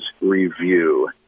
review